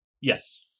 Yes